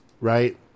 right